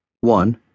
One